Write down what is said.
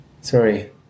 Sorry